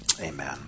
amen